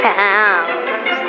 pounds